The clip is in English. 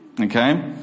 Okay